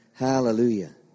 Hallelujah